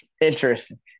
Interesting